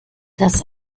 das